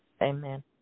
Amen